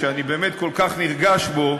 שאני באמת כל כך נרגש בו,